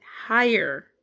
higher